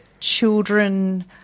children